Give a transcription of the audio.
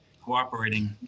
cooperating